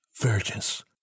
virgins